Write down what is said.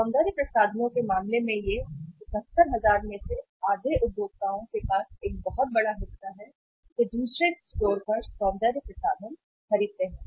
सौंदर्य प्रसाधनों के मामले में यह 71000 में से आधे उपभोक्ताओं के पास एक बहुत बड़ा हिस्सा है वे दूसरे स्टोर पर सौंदर्य प्रसाधन खरीदते हैं